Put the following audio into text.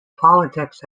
politics